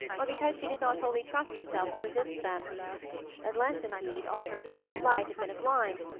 or because she did not wholly trust herself to resist them unless, indeed, all her talk of flight had been a blind,